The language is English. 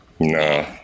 Nah